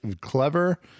clever